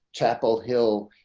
chapel hill,